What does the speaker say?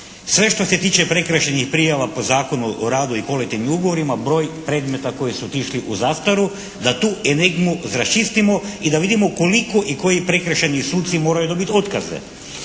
sve što se tiče prekršajnih prijava po Zakonu o radu i kolektivnim ugovorima, broj predmeta koji su išli u zastaru da tu enigmu raščistimo i da vidimo koliko i koji prekršajni suci moraju dobiti otkaze.